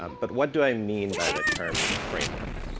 um but what do i mean by the term framework?